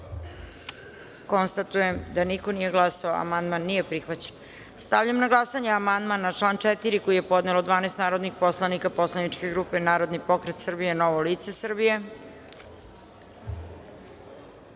glasanje. Konstatujem da niko nije glasao. Amandman nije prihvaćen. Stavljam na glasanje amandman na član 5. koji je podnelo 12 narodnih poslanika poslaničke grupe Narodni pokret Srbije - Novo lice